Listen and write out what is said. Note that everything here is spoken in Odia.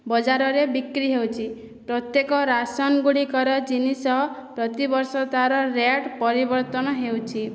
ବଜାରରେ ବିକ୍ରି ହେଉଛି ପ୍ରତ୍ୟେକ ରାସନଗୁଡ଼ିକର ଜିନିଷ ପ୍ରତିବର୍ଷ ତାର ରେଟ୍ ପରିବର୍ତ୍ତନ ହେଉଛି